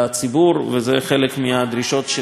אלה חלק מהדרישות שלנו מהם.